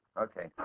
Okay